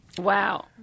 Wow